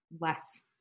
less